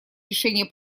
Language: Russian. решения